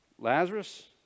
Lazarus